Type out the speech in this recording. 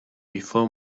before